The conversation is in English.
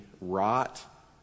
rot